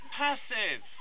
passive